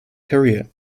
career